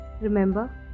Remember